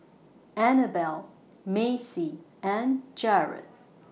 Annabell Maci and Jerrod